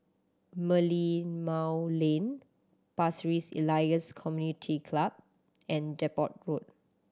Merlimau Lane Pasir Ris Elias Community Club and Depot Road